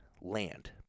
land